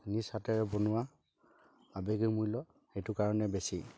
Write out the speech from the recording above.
নিজ হাতেৰে বনোৱা আবেগিক মূল্য় সেইটো কাৰণে বেছি